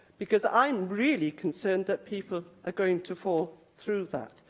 because i'm really concerned that people are going to fall through that.